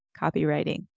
copywriting